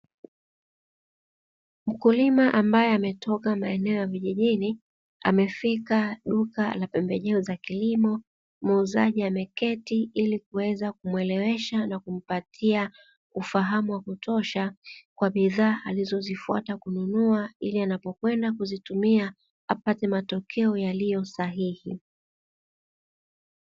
Mkulima ambaye ametoka maeneo ya vijijini amefika duka la pembejeo za kilimo, muuzaji ameketi ili kuweza kumwelewesha na kumpatia ufahamu wa kutosha kwa bidhaa alizozifuata kununua ili anapokwenda kuzitumia apate matokeo yaliyo sahihi.